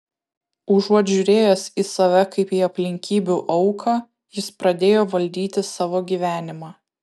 užuot žiūrėjęs į save kaip į aplinkybių auką jis pradėjo valdyti savo gyvenimą